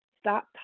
stop